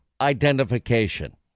identification